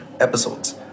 episodes